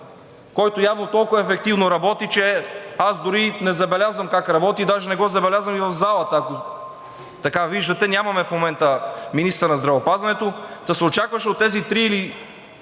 който явно толкова ефективно работи, че аз дори не забелязвам как работи, даже не го забелязвам в залата. Ако виждате, нямаме в момента министър на здравеопазването. Та се очакваше от тези трима или